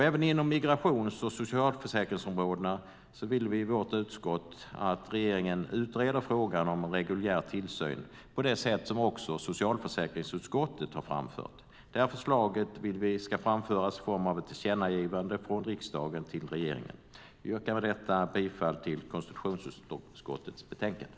Även inom migrations och socialförsäkringsområdena vill utskottet att regeringen utreder frågan om en reguljär tillsyn på det sätt som också socialförsäkringsutskottet har framfört. Detta förslag ska framföras i form av ett tillkännagivande från riksdagen till regeringen. Jag yrkar bifall till konstitutionsutskottets förslag i betänkandet.